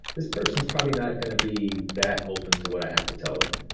this person's probably not going to be that open to what i have to tell them.